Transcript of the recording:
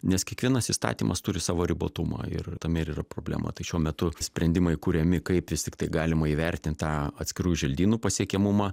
nes kiekvienas įstatymas turi savo ribotumo ir tame ir yra problema tai šiuo metu sprendimai kuriami kaip vis tiktai galima įvertint tą atskirų želdynų pasiekiamumą